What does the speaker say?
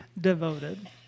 devoted